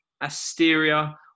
Asteria